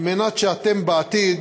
כדי שבעתיד